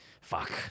Fuck